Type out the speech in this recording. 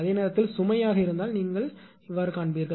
அதே நேரத்தில் சுமை இருந்தால் நீங்கள் காண்பீர்கள்